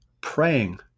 praying